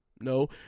No